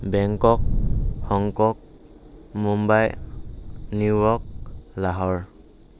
Bangkok Hong Kong Mumbai New York Lahore